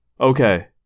Okay